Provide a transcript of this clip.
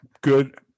good